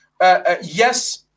Yes